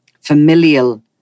familial